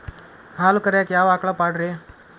ಹಾಲು ಕರಿಯಾಕ ಯಾವ ಆಕಳ ಪಾಡ್ರೇ?